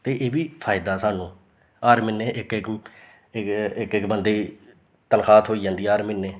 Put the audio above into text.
ते एह् बी फायदा सानू हर म्हीने इक इक इक इक इक बन्दे गी तनखाह् थ्होई जंदी हर म्हीने